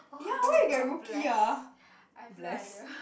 oh I got blessed I have no idea